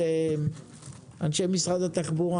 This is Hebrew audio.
אנשי משרד התחבורה,